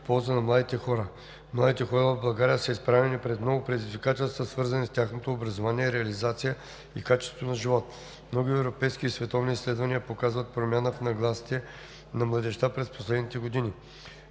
в полза на младите хора. Младите хора в България са изправени пред много предизвикателства, свързани с тяхното образование, реализация и качество на живот. Много европейски и световни изследвания показват промяна в нагласите на младежта през последните години.